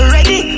Ready